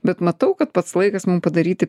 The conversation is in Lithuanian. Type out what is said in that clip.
bet matau kad pats laikas mum padaryti